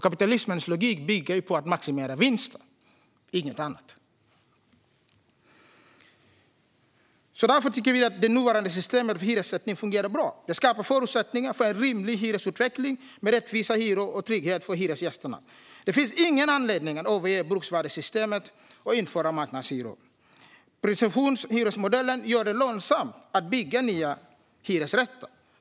Kapitalismens logik bygger på att maximera vinsten, ingenting annat. Vi tycker att nuvarande system för hyressättning fungerar bra. Det skapar förutsättningar för en rimlig hyresutveckling med rättvisa hyror och trygghet för hyresgästerna. Det finns ingen anledning att överge bruksvärdessystemet och införa marknadshyror. Presumtionshyresmodellen gör det lönsamt att bygga nya hyresrätter.